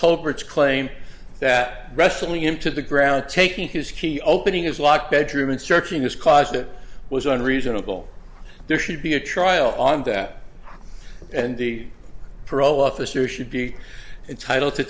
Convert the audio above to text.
culprits claim that wrestling him to the ground taking his key opening is locked bedroom and searching has caused it was on reasonable there should be a trial on that and the parole officer should be entitled to